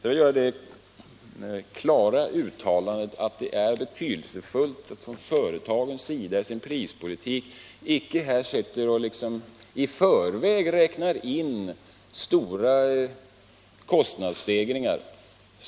Jag vill göra det klara uttalandet att det är betydelsefullt att företagen i sin prispolitik icke bör försöka att i förväg räkna in stora kostnadsstegringar.